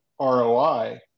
ROI